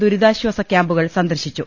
ദുരിതാശ്വാസ കൃാമ്പുകൾ സന്ദർശിച്ചു